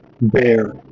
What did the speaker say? bear